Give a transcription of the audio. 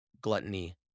gluttony